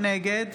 נגד